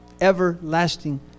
everlasting